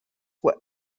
where